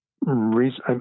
reason